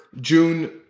June